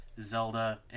Zelda